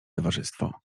towarzystwo